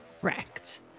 Correct